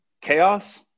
Chaos